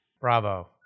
Bravo